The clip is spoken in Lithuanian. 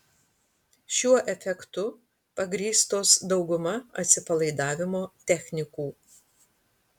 šiuo efektu pagrįstos dauguma atsipalaidavimo technikų